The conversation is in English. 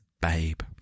babe